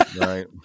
Right